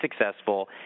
successful